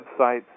websites